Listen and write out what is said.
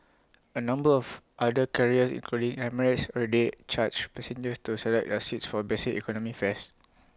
A number of other carriers including emirates already charge passengers to select their seats for basic economy fares